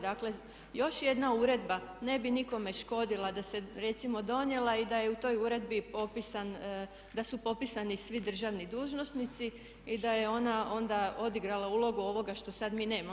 Dakle još jedna uredba ne bi nikome škodila da se recimo donijela i da je u toj uredbi popisan, da su popisani svi državni dužnosnici i da je ona onda odigrala ulogu ovoga što mi sada nemamo.